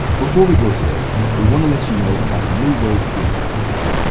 before we go today, we wanna let you know about a new way to get in touch with us.